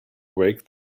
wake